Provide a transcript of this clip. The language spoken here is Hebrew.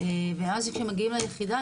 ואז שהם מגיעים ליחידה,